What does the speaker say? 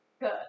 good